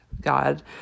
God